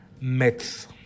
myths